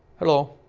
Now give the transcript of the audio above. hello,